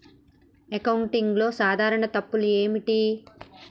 అకౌంటింగ్లో సాధారణ తప్పులు ఏమిటి?